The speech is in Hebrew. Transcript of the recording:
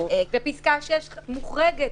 ופסקה 6 מוחרגת.